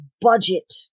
budget